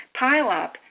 pileup